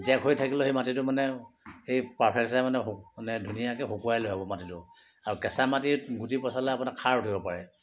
Jack হৈ থাকিলেও সেই মাটিটো মানে সেই পাৰ্ফেছে মানে ধুনীয়াকৈ শুকুৱাই লয় আকৌ মাটিটো আৰু কেঁচা মাটিত গুটি পচালে আপোনাৰ খাৰ উঠিব পাৰে